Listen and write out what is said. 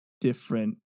different